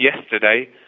yesterday